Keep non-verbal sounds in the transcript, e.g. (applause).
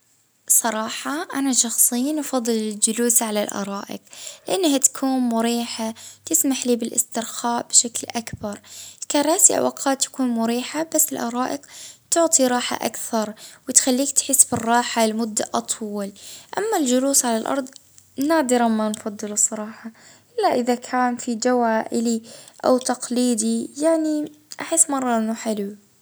آ (hesitation) نفضل إني نجعمس عليها صالون (hesitation) مريح (hesitation) هلبا خاصة إذا كان قعدتي طويلة.